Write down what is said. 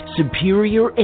superior